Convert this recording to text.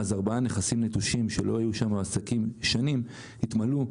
ארבעה נכסים נטושים שלא היו בהם עסקים במשך שנים התמלאו,